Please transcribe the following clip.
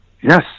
yes